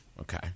Okay